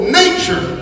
nature